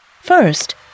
First